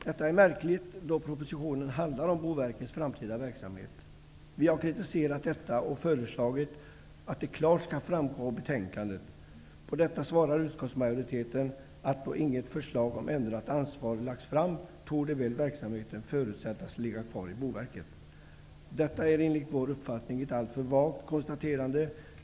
Detta är märkligt då propositionen handlar om Boverkets framtida verksamhet. Vi har kritiserat detta och föreslagit att det klart skall framgå att nämnda frågor skall ingå i betänkandet. På detta svarar utskottsmajoriteten att, då inget förslag om ändrat ansvar lagts fram torde väl verksamheten förutsättas ligga kvar i Boverket. Detta är enligt vår uppfattning ett alltför vagt konstaterande.